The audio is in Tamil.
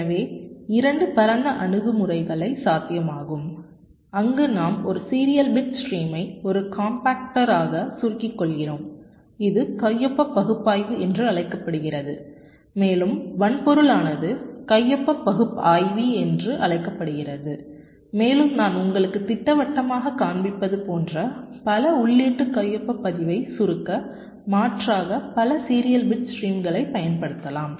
எனவே 2 பரந்த அணுகுமுறைகள் சாத்தியமாகும் அங்கு நாம் ஒரு சீரியல் பிட் ஸ்ட்ரீமை ஒரு காம்பாக்டராக சுருக்கிக் கொள்கிறோம் இது கையொப்ப பகுப்பாய்வு என்று அழைக்கப்படுகிறது மேலும் வன்பொருளானது கையொப்ப பகுப்பாய்வி என்றும் அழைக்கப்படுகிறது மேலும் நான் உங்களுக்கு திட்டவட்டமாக காண்பிப்பது போன்ற பல உள்ளீட்டு கையொப்ப பதிவை சுருக்க மாற்றாக பல சீரியல் பிட் ஸ்ட்ரீம்களை பயன்படுத்தலாம்